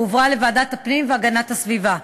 והועברה לוועדת הפנים והגנת הסביבה.